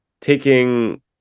taking